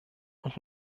und